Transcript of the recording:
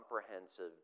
comprehensive